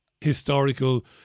historical